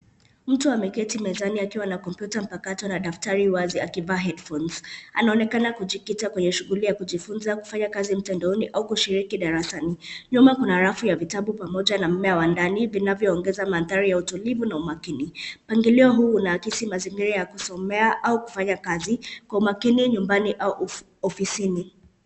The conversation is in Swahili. Mtu ameketi mezani akiwa na kompyuta mpakato na daftari wazi akivaa(cs) headphones(cs) .Anaonekana kujikita katika shughuli ya kujifunza kufanya kazi mtandaoni au kushiriki darasani. Nyuma kuna rafu ya vitabu tofauti na mmea wa ndani vinavyoongeza madhari ya utulivu na umakini. Mpangilio huu unaakisi mazingira ya kusomea au kufanya kazi kwa umakini nyumbani au ofisini.